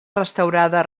restaurada